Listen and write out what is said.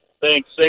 Thanks